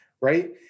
right